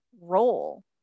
role